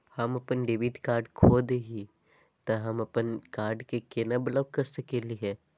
हम अपन debit card खो दे ही, त हम अप्पन कार्ड के केना ब्लॉक कर सकली हे?